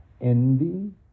envy